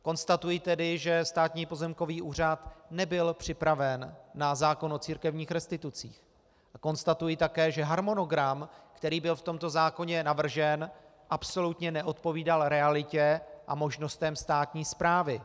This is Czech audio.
Konstatuji tedy, že Státní pozemkový úřad nebyl připraven na zákon o církevních restitucích, a konstatuji také, že harmonogram, který byl v tomto zákoně navržen, absolutně neodpovídal realitě a možnostem státní správy.